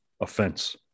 offense